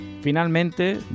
Finalmente